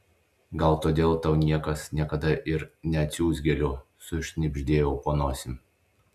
gal todėl tau niekas niekada ir neatsiųs gėlių sušnibždėjau po nosim